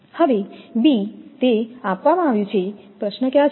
હવે b તે આપવામાં આવ્યું છે પ્રશ્ન ક્યાં છે